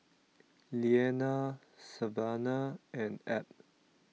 Leanna Savanah and Ebb